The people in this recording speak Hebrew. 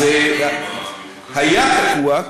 היה תקוע.